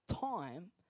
time